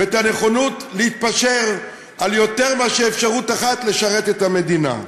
ואת הנכונות להתפשר על יותר מאפשרות אחת לשרת את המדינה.